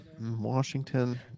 Washington